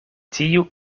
tiu